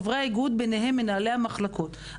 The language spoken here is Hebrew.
חברי האיגוד וביניהם מנהלי המחלקות.